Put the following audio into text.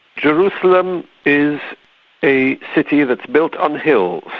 jerusalem is a city that's built on hills,